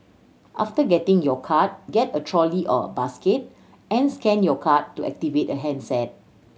after getting your card get a trolley or basket and scan your card to activate a handset